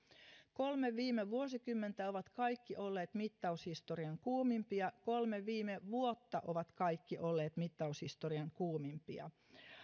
kolme viime vuosikymmentä ovat kaikki olleet mittaushistorian kuumimpia kolme viime vuotta ovat kaikki olleet mittaushistorian kuumimpia